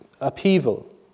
upheaval